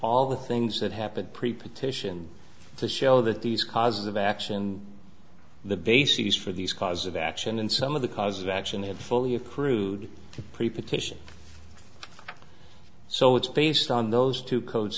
all the things that happened pre partition to show that these causes of action the bases for these cause of action and some of the causes of action have fully a prude pre partition so it's based on those two co